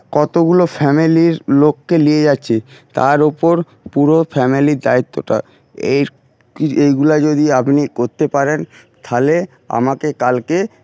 কতগুলো ফ্যামিলির লোককে লিয়ে যাচ্ছে তার উপর পুরো ফ্যামিলির দায়িত্বটা এই কি এইগুলো যদি আপনি করতে পারেন তাহলে আমাকে কালকে